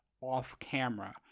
off-camera